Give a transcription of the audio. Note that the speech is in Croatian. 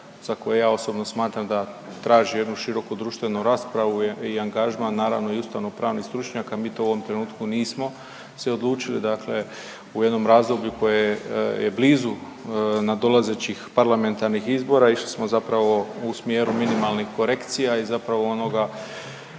za koje ja osobno smatram da traži jednu široku društvenu raspravu i angažman, naravno i ustavnopravnih stručnjaka, mi to u ovom trenutku nismo se odlučili dakle, u jednom razdoblju koje je blizu nadolazećih parlamentarnih izbora, išli smo zapravo u smjeru minimalnih korekcija i zapravo onoga,